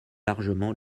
largement